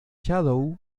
shadow